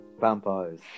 Vampires